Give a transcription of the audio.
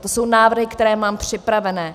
To jsou návrhy, které mám připravené.